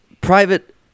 private